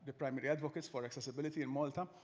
ah primary advocates for accessibility in malta.